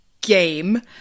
game